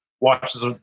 watches